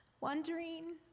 wondering